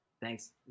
Thanks